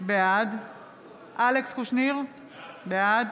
בעד אלכס קושניר, בעד